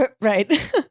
Right